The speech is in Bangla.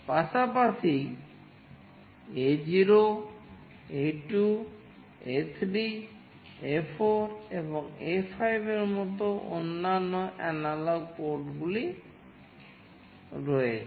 পাশাপাশি A0 A2 A3 A4 এবং A5 এর মতো অন্যান্য অ্যানালগ পোর্টগুলি রয়েছে